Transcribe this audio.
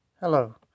Hello